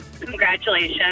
congratulations